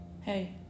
Hey